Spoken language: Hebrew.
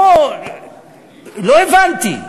לא הבנתי.